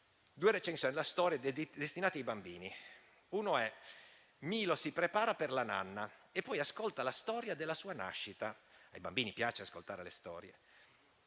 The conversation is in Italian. visione. Sono due libri destinati ai bambini. Una recita: Milo si prepara per la nanna e poi ascolta la storia della sua nascita - ai bambini piace ascoltare le storie